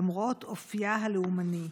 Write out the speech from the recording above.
למרות אופייה הלאומני?